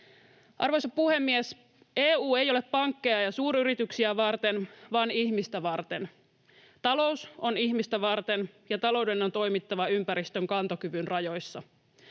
Arvoisa puhemies! EU ei ole pankkeja ja suuryrityksiä varten, vaan ihmistä varten. Talous on ihmistä varten, ja talouden on toimittava ympäristön kantokyvyn rajoissa.